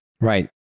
Right